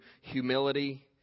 humility